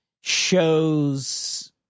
shows